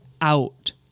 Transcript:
out